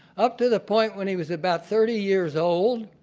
up to the point when he was about thirty years old,